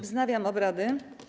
Wznawiam obrady.